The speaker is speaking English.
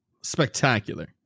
spectacular